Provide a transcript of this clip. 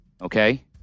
okay